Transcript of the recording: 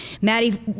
Maddie